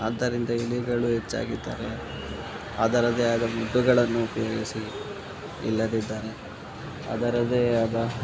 ಆದ್ದರಿಂದ ಇಲಿಗಳು ಹೆಚ್ಚಾಗಿದ್ದರೆ ಅದರದ್ದೇ ಆದ ಮದ್ದುಗಳನ್ನು ಉಪಯೋಗಿಸಿ ಇಲ್ಲದಿದ್ದರೆ ಅದರದ್ದೇ ಆದ